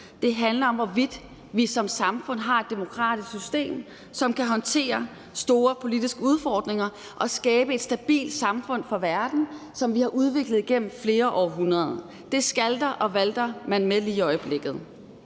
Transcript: det handler om, hvorvidt vi som samfund har et demokratisk system, som kan håndtere store politiske udfordringer og skabe et stabilt samfund for verden, som vi har udviklet igennem flere århundreder. Det skalter og valter man med lige i øjeblikket.